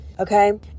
Okay